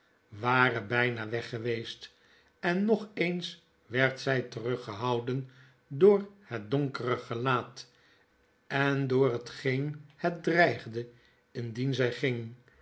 ware byna weg geweest en nog eens werd zy teruggehouden door het donkere gelaat en door hetgeen het dreigde indien zy ging